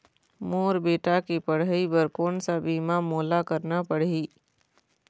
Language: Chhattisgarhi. मोर बेटा के पढ़ई बर कोन सा बीमा मोला करना पढ़ही?